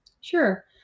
Sure